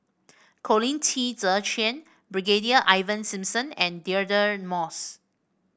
Colin Qi Zhe Quan Brigadier Ivan Simson and Deirdre Moss